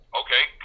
okay